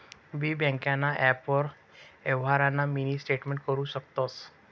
बी ब्यांकना ॲपवरी यवहारना मिनी स्टेटमेंट करु शकतंस